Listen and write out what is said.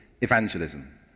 evangelism